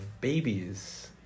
babies